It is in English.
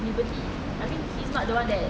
liberty I means he's not the one that